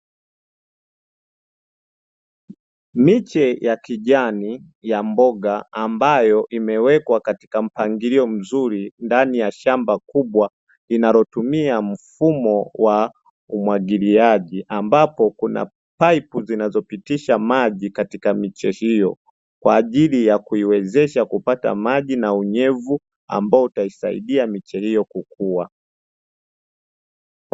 Miche ya kijani ya mboga ambayo imewekwa katika mpangilio mzuri ndani ya shamba kubwa, linalotumia mfumo wa kumwagiliaji ambapo kuna paipu zinazopitisha maji katika miche hiyo, kwa ajili ya kuiwezesha kupata maji na unyevu ambao utaisaidia michezo kukua.